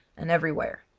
and everywhere,